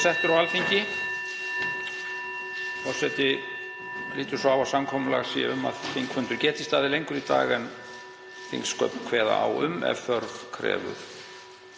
Forseti lítur svo á að samkomulag sé um að þingfundur geti staðið lengur í dag en þingsköp kveða á um, ef þörf krefur.